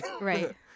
Right